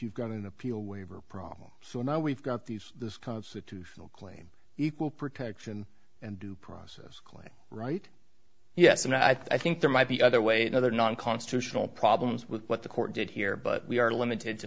you've got an appeal waiver problem so now we've got these constitutional claim equal protection and due process claim right yes and i think there might be other way and other non constitutional problems with what the court did here but we are limited to